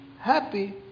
happy